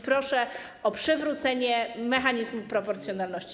Proszę o przywrócenie mechanizmu proporcjonalności.